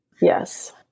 Yes